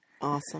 Awesome